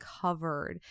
covered